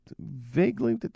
vaguely